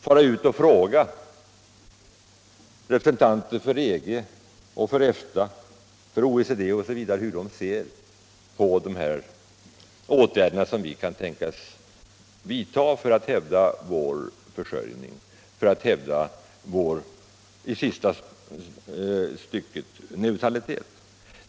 Vi skall fråga representanterna för EG, EFTA och OECD hur de ser på de åtgärder som vi kan tänkas vidta för att hävda vår försörjning och, i sista stycket, vår neutralitet.